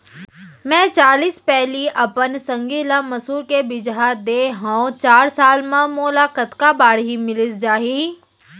मैं चालीस पैली अपन संगी ल मसूर के बीजहा दे हव चार साल म मोला कतका बाड़ही मिलिस जाही?